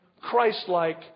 Christ-like